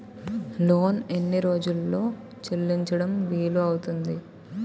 Loan ఎన్ని రోజుల్లో చెల్లించడం వీలు అవుతుంది?